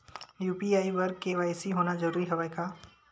UPI बर KYC होना जरूरी हवय का?